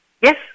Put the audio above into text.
Yes